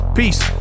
peace